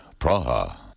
Praha